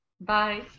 Bye